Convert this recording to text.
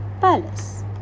palace